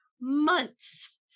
months